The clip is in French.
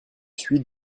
suis